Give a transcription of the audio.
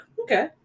Okay